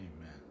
Amen